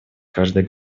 каждое